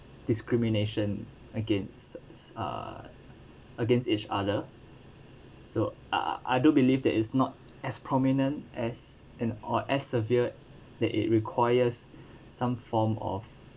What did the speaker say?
discrimination against uh against each other so uh I do believe that it's not as prominent as an or as severe that it requires some form of